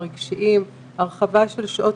הרשויות,